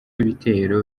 ibitero